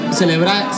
celebrar